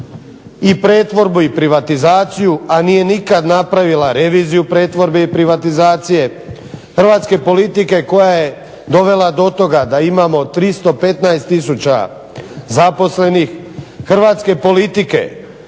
i pretvorbu i privatizaciju, a nije nikad napravila reviziju pretvorbe i privatizacije, hrvatske politike koja je dovela do toga da imamo 315 tisuća zaposlenih, hrvatske politike